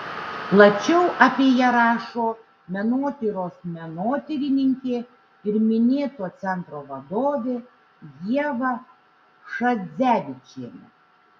plačiau apie ją rašo menotyros menotyrininkė ir minėto centro vadovė ieva šadzevičienė